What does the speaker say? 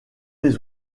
les